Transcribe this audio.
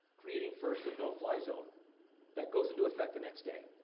creating first a no-fly zone that goes into effect the next day.